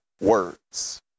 words